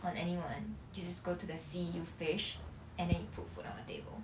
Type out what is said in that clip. on anyone you just go to the sea you fish and then you put food on the table